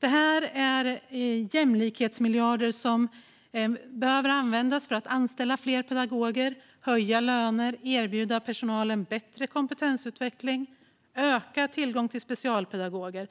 Det är jämlikhetsmiljarder som behöver användas för att anställa fler pedagoger, höja löner, erbjuda personalen bättre kompetensutveckling eller öka tillgången till specialpedagoger